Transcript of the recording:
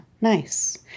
nice